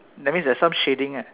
that means there is some shading lah ya